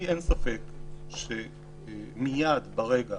לי אין ספק שמיד ברגע